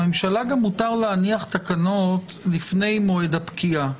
לממשלה גם מותר להניח תקנות לפני מועד הפקיעה.